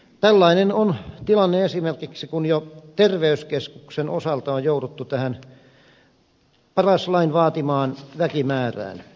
tällainen on tilanne esimerkiksi kun jo terveyskeskuksen osalta on jouduttu tähän paras lain vaatimaan väkimäärään